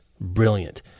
brilliant